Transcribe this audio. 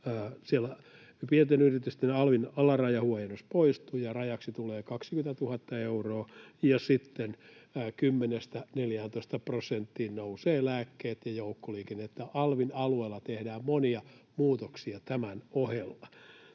pienten yritysten alvin alarajahuojennus poistuu ja rajaksi tulee 20 000 euroa, ja sitten 10:stä 14 prosenttiin nousevat lääkkeet ja joukkoliikenne. Alvin alueella tehdään monia muutoksia tämän ohella.